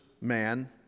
man